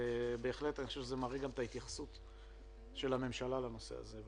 אני חושב שזה מראה את ההתייחסות של הממשלה לנושא הזה.